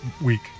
week